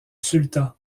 sultan